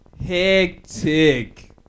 Hectic